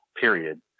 period